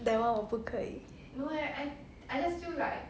that one 我不可以